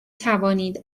توانید